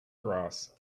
grass